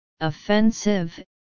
offensive